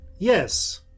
Yes